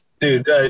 Dude